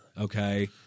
okay